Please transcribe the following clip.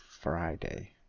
Friday